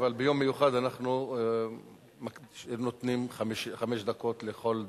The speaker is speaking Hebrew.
אבל ביום מיוחד אנחנו נותנים חמש דקות לכל דובר.